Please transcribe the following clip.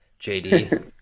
JD